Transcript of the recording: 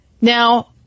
Now